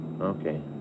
Okay